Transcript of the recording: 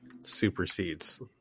supersedes